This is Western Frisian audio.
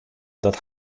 dat